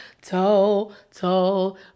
total